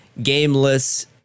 gameless